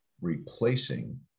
replacing